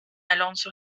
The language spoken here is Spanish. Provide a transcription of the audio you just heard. alonso